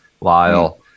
Lyle